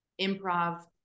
improv